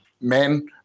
men